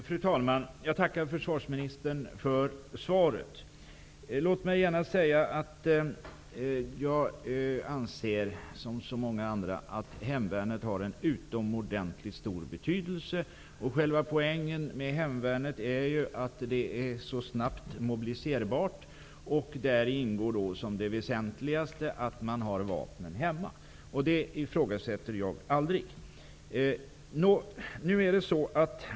Fru talman! Jag tackar försvarsministern för svaret. Jag, som så många andra, anser att hemvärnet har en utomordentligt stor betydelse. Själva poängen med hemvärnet är ju att det är snabbt mobiliserbart. Det väsentligaste är då att man förvarar vapnen hemma, vilket jag aldrig kommer att ifrågasätta.